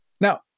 Now